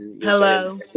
Hello